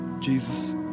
Jesus